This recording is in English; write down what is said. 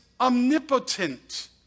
omnipotent